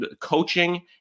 coaching